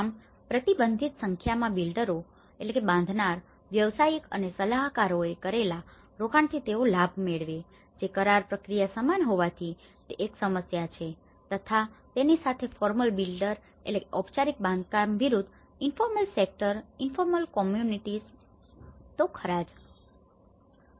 આમ પ્રતિબંધિત સંખ્યામાં બિલ્ડરો builder બાંધનાર વ્યાવસાયિકો અને સલાહકારોએ કરેલા રોકાણોથી તેઓ લાભ મેળવે છે જે કરાર પ્રક્રિયા સમાન હોવાથી તે એક સમસ્યા છે તથા તેની સાથે ફોર્મલ બિલ્ડર formal builder ઔપચારિક બાંધનાર વિરુદ્ધ ઇન્ફોર્મલ સેક્ટર informal sector અનૌપચારિક ક્ષેત્ર ઇન્ફોર્મલ કોમમુનિટીસ informal communities અનૌપચારિક સમુદાયો તો ખરાં જ